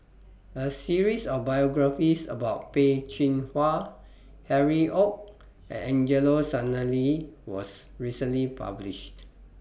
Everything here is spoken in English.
A series of biographies about Peh Chin Hua Harry ORD and Angelo Sanelli was recently published